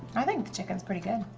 i think the chicken's pretty good.